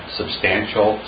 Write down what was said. substantial